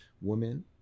women